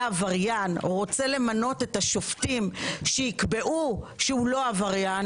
עבריין רוצה למנות את השופטים שיקבעו שהוא לא עבריין?